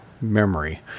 memory